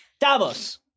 Davos